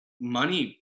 money